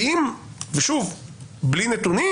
בלי נתונים